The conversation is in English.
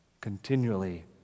continually